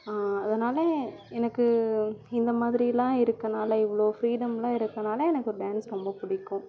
அதனால் எனக்கு இந்த மாதிரிலாம் இருக்கனால இவ்வளோ ஃப்ரீடம்லாம் இருக்கனால எனக்கு டான்ஸ் ரொம்ப பிடிக்கும்